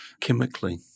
chemically